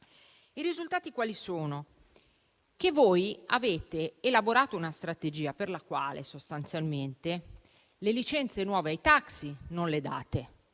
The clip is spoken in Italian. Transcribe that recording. I risultati sono che voi avete elaborato una strategia per la quale, sostanzialmente, le licenze nuove ai taxi non le date